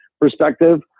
perspective